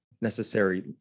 Necessary